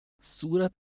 Surat